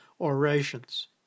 orations